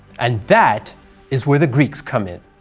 and that is where the greeks come in.